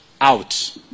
out